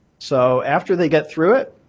so after they get through it,